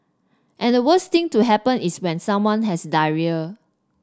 and the worst thing to happen is when someone has diarrhoea